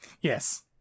yes